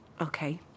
Okay